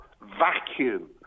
vacuum